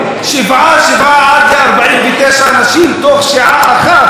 שבעה-שבעה, עד ל-49 אנשים, תוך שעה אחת.